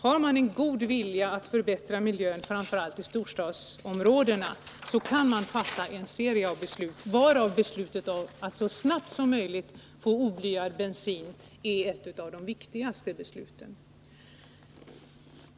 Har man en god vilja att förbättra miljön, framför allt i storstadsområdena, kan man fatta en serie beslut, varav beslutet att så snabbt som möjligt föreskriva oblyad bensin är ett av de viktigaste.